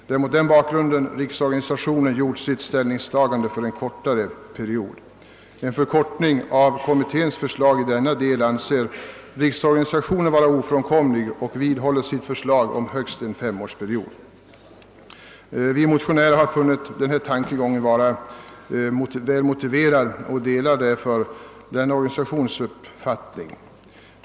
Det är mot denna bakgrund = Riksorganisationen gjort sitt ställningstagande för en kortare period. En förkortning av kommitténs förslag i denna del anser Riksorganisationen vara ofrånkomlig och vidhåller sitt förslag om högst en femårsperiod.» Vi motionärer har funnit detta uttalande vara väl motiverat och delar därför denna organisations uppfattning.